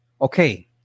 Okay